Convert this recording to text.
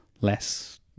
less